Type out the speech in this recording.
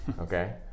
okay